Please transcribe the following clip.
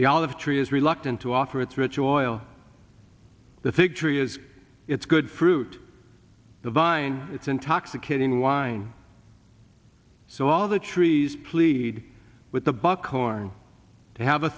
the olive tree is reluctant to offer its ritual oil the fig tree is its good fruit the vine its intoxicating wine so all the trees plead with the buckhorn to have a